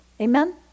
amen